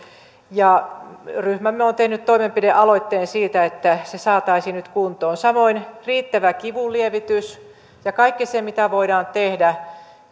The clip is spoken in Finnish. ja ryhmämme on tehnyt toimenpidealoitteen siitä että se saataisiin nyt kuntoon samoin riittävä kivunlievitys ja kaikki se mitä voidaan tehdä